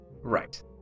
Right